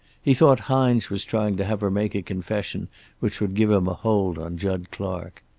he thought hines was trying to have her make a confession which would give him a hold on jud clark.